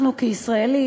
אנחנו כישראלים,